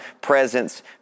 presence